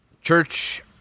Church